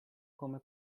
come